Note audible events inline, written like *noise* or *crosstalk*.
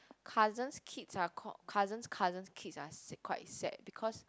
cousin's kids are called cousin's cousin's kids are *noise* quite sad because